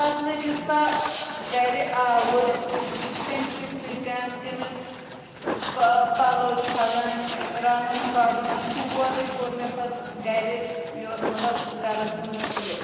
پَتہٕ لٔجِس بہٕ گَرِ آوُر تٔمۍ سٕے سۭتۍ تٔمِس وَ پَلو چھلٕنۍ رَنُن کَرُن سورٕے کوٚر مےٚ پَتہٕ گَرِ یہِ مطلب گَرَس کُن یہِ